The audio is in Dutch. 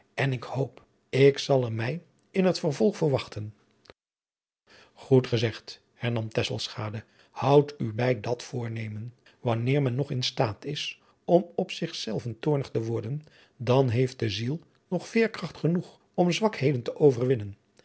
en ik hoop ik zal er mij in het vervolg voor wachten goed gezegd hernam tesselschade houd u bij dat voornemen wanneer men nog in staat is om op zich zelven toornig te worden dan heeft de ziel nog veerkracht genoeg om zwakheden te overwinnen